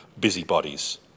busybodies